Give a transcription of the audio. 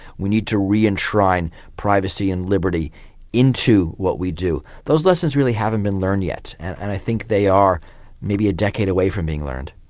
we need to re-enshrin privacy and liberty into what we do those lessons really haven't been learned yet, and i think they are maybe a decade away from being learned.